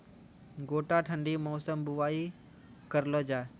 गोटा ठंडी मौसम बुवाई करऽ लो जा?